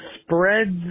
spreads